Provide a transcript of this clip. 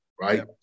right